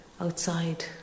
outside